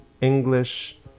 english